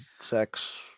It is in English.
sex